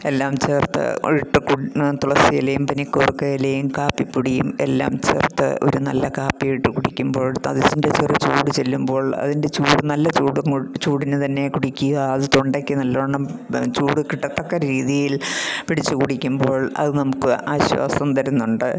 എല്ലാം ചേർത്ത് ഇട്ട് കു തുളസിയിലയും പനികൂർക്ക ഇലയും കാപ്പിപ്പൊടിയും എല്ലാം ചേർത്ത് ഒരു നല്ല കാപ്പിയിട്ട് കുടിക്കുമ്പോൾ അതിൻ്റെ ചെറുചൂട് ചെല്ലുമ്പോൾ അതിൻ്റെ ചൂട് നല്ല ചൂടും ചൂടിന് തന്നെ കുടിക്കുക അത് തൊണ്ടയ്ക്ക് നല്ലോണ്ണം ചൂട് കിട്ടത്തക്ക രീതിയിൽ പിടിച്ച് കുടിക്കുമ്പോൾ അത് നമുക്ക് ആശ്വാസം തരുന്നുണ്ട്